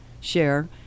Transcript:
share